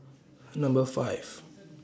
Number five